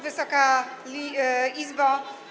Wysoka Izbo!